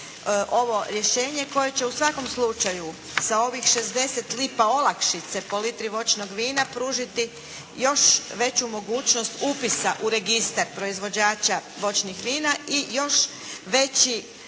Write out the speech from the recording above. ovo rješenje koje će u svakom slučaju sa ovih 60 lipa olakšice po litri voćnog vina pružiti još veću mogućnost upisa u Registar proizvođača voćnih vina i još veći